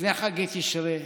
לפני חגי תשרי,